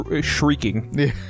shrieking